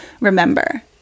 remember